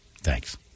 thanks